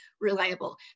reliable